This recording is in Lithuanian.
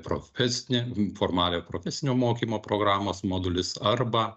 profesinė formaliojo profesinio mokymo programos modulis arba